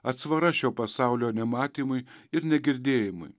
atsvara šio pasaulio nematymui ir negirdėjimui